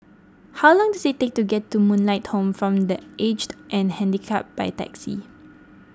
how long does it take to get to Moonlight Home form the Aged and Handicapped by taxi